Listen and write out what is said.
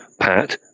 Pat